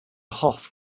hoff